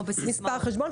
מספר חשבון,